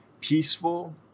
peaceful